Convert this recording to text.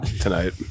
Tonight